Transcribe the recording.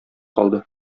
калды